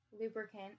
lubricant